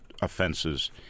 offenses